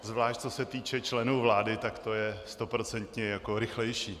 Zvlášť co se týče členů vlády, tak to je stoprocentně rychlejší.